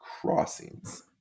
crossings